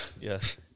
Yes